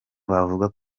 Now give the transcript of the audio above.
wavuga